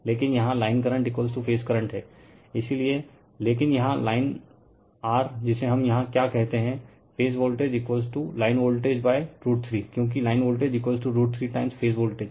लेकिन यहाँ line current phase current है इसीलिए लेकिन यहाँ लाइन r जिसे हम यहाँ क्या कहते हैं फेज वोल्टेज लाइन वोल्टेज3 क्योंकि line voltage 3 time' phase voltage